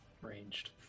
Ranged